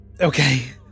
okay